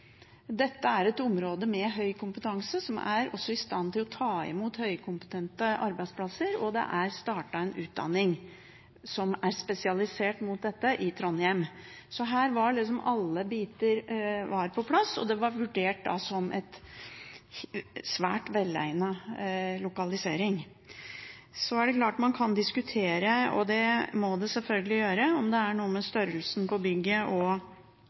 Dette er et område med høy kompetanse som også er i stand til å ta imot høykompetente arbeidsplasser, og det er startet en utdanning som er spesialisert mot dette, i Trondheim. Så her var alle biter på plass, og det var vurdert som en svært velegnet lokalisering. Det er klart man kan diskutere, og det må man selvfølgelig gjøre, om det er noe med størrelsen på bygget og